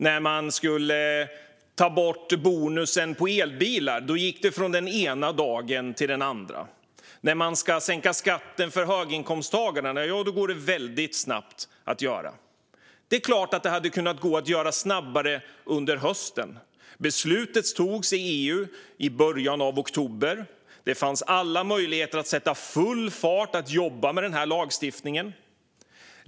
När man skulle ta bort bonusen på elbilar gick det från den ena dagen till den andra, och när man ska sänka skatten för höginkomsttagare går det snabbt. Det är klart att det hade gått att göra arbetet snabbare under hösten. Beslutet fattades i EU i början av oktober. Det fanns alla möjligheter att sätta full fart att jobba med lagstiftningen.